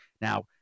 Now